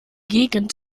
gegend